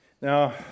Now